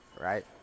right